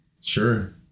Sure